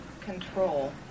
control